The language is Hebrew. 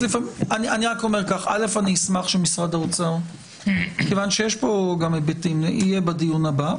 אני אשמח שמשרד האוצר יהיה בדיון הבא.